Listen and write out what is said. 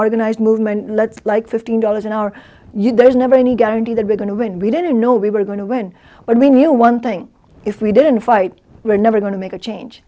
organized movement let's like fifteen dollars an hour you there's never any guarantee that we're going to win we didn't know we were going to win but we knew one thing if we didn't fight we're never going to make a change